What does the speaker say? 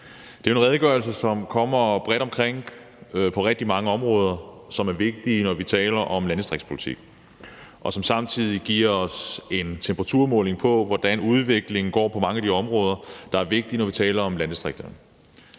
Det er en redegørelse, som kommer bredt omkring på rigtig mange områder, som er vigtige, når vi taler om landdistriktspolitik, og som samtidig giver os en temperaturmåling på, hvordan udviklingen går på mange af de områder, der er vigtige, når vi taler om landdistrikterne.